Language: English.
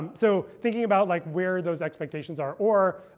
um so thinking about like where those expectations are or